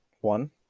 One